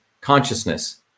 consciousness